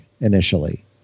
initially